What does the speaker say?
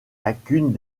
lacunes